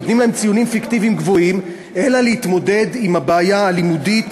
נותנים להם ציונים פיקטיביים גבוהים אלא להתמודד עם הבעיה הלימודית